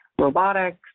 robotics